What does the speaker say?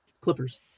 Clippers